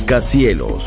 Cielos